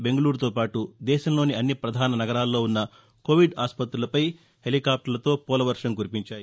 బెంగళూరుతో పాటు దేశంలోని అన్ని పధాన నగరాల్లో ఉన్న కొవిడ్ ఆసుపత్రులపై హెలీకాప్టర్లతో పూలవర్షం కురిపించాయి